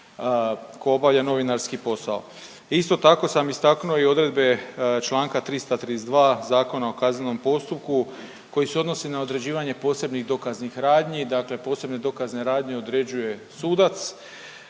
tko obavlja novinarski posao. Isto tako sam istaknuo i odredbe članka 332. Zakona o kaznenom postupku koji se odnosi na određivanje posebnih dokaznih radnji. Dakle, posebne dokazne radnje određuje sudac